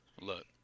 Look